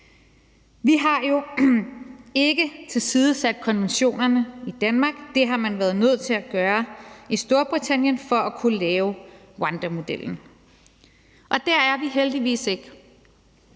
Vi har jo ikke tilsidesat konventionerne i Danmark. Det har man været nødt til at gøre i Storbritannien for at kunne lave rwandamodellen. Der er vi heldigvis ikke.